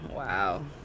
Wow